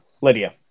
Lydia